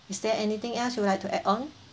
is there anything else you'd like to add on